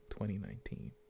2019